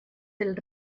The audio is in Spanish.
del